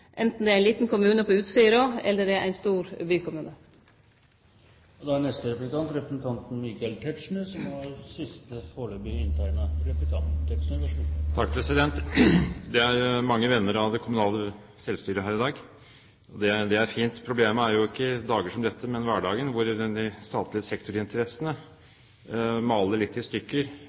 enten det er ein liten kommune som Utsira eller det er ein stor bykommune. Det er mange venner av det kommunale selvstyret her i dag, og det er fint. Problemet er jo ikke dager som dette, men hverdagen, hvor de statlige sektorinteressene maler litt i stykker